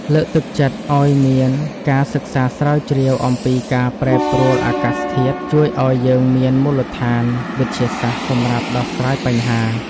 លើកទឹកចិត្តឱ្យមានការសិក្សាស្រាវជ្រាវអំពីការប្រែប្រួលអាកាសធាតុជួយឱ្យយើងមានមូលដ្ឋានវិទ្យាសាស្ត្រសម្រាប់ដោះស្រាយបញ្ហា។